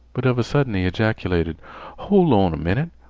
but of a sudden he ejaculated hol' on a minnit!